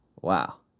Wow